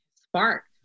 sparked